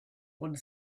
one